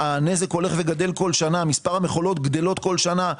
הנזק הולך וגדל כל שנה, מספר המכולות גדל כל שנה.